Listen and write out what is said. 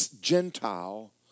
Gentile